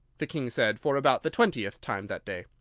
the king said, for about the twentieth time that day.